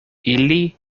ili